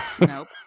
Nope